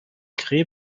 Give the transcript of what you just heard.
créée